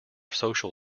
social